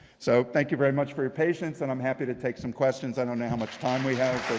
so thank you very much for your patience. and i'm happy to take some questions. i don't know how much time we have,